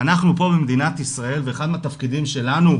אנחנו פה במדינת ישראל ואחד מהתפקידים שלנו,